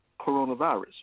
coronavirus